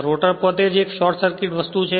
rotor પોતે જ એક શોર્ટ સર્કિટ વસ્તુ છે